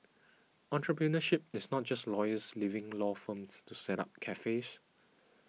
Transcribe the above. entrepreneurship is not just lawyers leaving law firms to set up cafes